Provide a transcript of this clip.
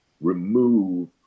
remove